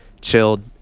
chilled